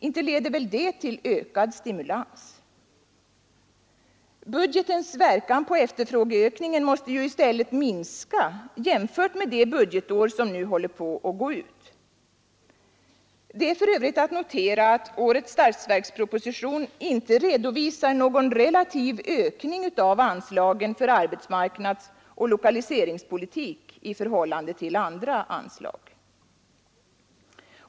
Inte leder väl det till ökad stimulans. Budgetens verkan på efterfrågeökningen måste ju i stället minska jämfört med det budgetår som håller på att gå ut. Det kan för övrigt noteras att årets statsverksproposition inte redovisar någon relativ ökning av anslagen för arbetsmarknadsoch lokaliseringspolitik i förhållande till andra anslag.